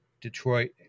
Detroit